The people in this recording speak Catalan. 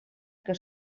que